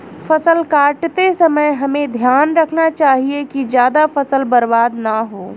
फसल काटते समय हमें ध्यान रखना चाहिए कि ज्यादा फसल बर्बाद न हो